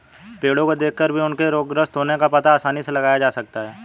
पेड़ो को देखकर भी उनके रोगग्रस्त होने का पता आसानी से लगाया जा सकता है